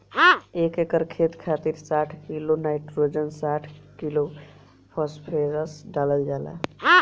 एक एकड़ खेत खातिर साठ किलोग्राम नाइट्रोजन साठ किलोग्राम फास्फोरस डालल जाला?